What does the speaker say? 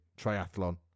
triathlon